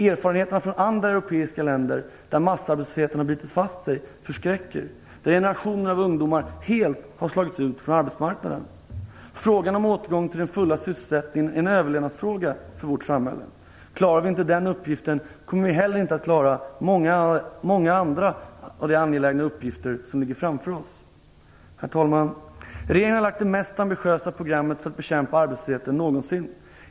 Erfarenheterna från andra europeiska länder, där massarbetslösheten har bitit fast sig, förskräcker. Där har generationer av ungdomar helt slagits ut från arbetsmarknaden. Frågan om återgång till den fulla sysselsättningen är en överlevnadsfråga för vårt samhälle. Klarar vi inte den uppgiften kommer vi heller inte att klara många andra av de angelägna uppgifter som ligger framför oss. Herr talman! Regeringen har presenterat det mest ambitiösa programmet för att bekämpa arbetslösheten någonsin.